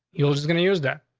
yeah was was going to use that.